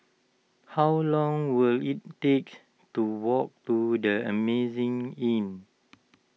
how long will it take to walk to the Amazing Inn